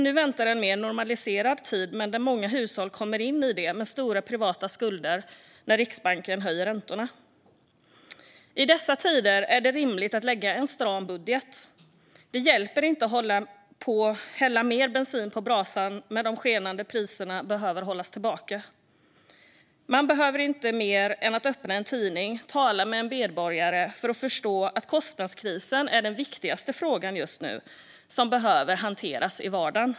Nu väntar en mer normaliserad tid, men många hushåll kommer in i den med stora privata skulder när Riksbanken höjer räntorna. I dessa tider är det rimligt att lägga fram en stram budget. Det hjälper inte att hälla mer bensin på brasan när de skenande priserna behöver hållas tillbaka. Man behöver inte göra mer än att öppna en tidning eller tala med en medborgare för att förstå att kostnadskrisen just nu är den viktigaste frågan som behöver hanteras i vardagen.